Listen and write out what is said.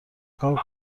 کار